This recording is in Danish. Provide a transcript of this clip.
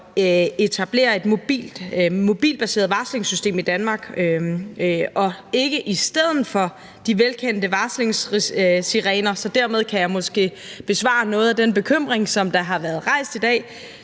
etablere et mobilbaseret varslingssystem i Danmark, som ikke skal være i stedet for de velkendte varslingssirener. Dermed kan jeg måske imødegå noget af den bekymring, som der har været rejst i dag.